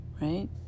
right